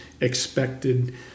expected